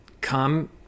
Come